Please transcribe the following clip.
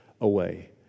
away